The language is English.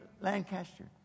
Lancaster